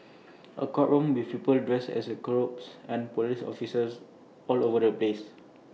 A courtroom with people dressed up in robes and Police officers all over the place